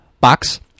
Box